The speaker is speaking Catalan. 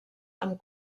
amb